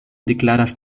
deklaras